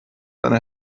eine